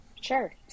Sure